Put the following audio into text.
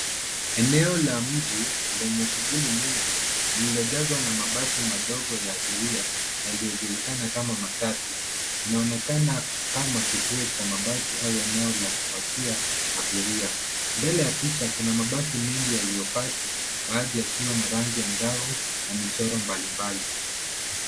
Eneo la mji lenye shuguli nyingi lilojazwa na mabasi madogo ya abiria yaliojulikana kama matatu. Inaonekana kama kituo cha mabasi au eneo la kupakia abiria. Mbele ya picha kuna mabasi mengi yailiopaki baadhi yakiwa na rangi angavu na michoro mbalimbali.